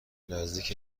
نزدیک